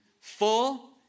Full